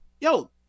yo